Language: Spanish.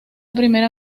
primera